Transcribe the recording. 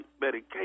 medication